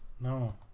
No